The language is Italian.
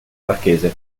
marchese